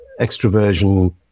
extroversion